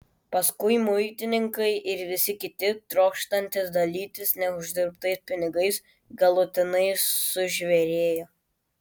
paskui muitininkai ir visi kiti trokštantys dalytis neuždirbtais pinigais galutinai sužvėrėjo